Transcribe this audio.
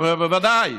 הוא אומר: בוודאי.